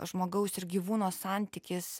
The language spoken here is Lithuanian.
žmogaus ir gyvūno santykis